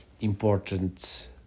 important